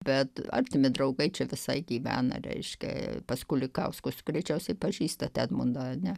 bet artimi draugai čia visai gyvena reiškia pas kulikauskus greičiausiai pažįstat edmundą ne